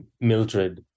Mildred